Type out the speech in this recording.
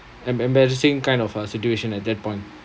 em~ embarrassing kind of a situation at that point